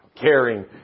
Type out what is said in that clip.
caring